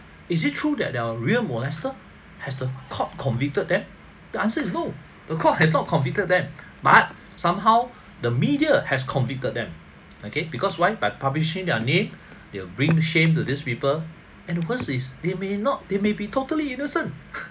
is it true that there are real molester has the court convicted them the answer is no the court has not convicted them but somehow the media has convicted them okay because why by publishing their name they'll bring shame to these people and the worst is they may not they may be totally innocent